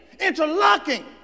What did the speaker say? interlocking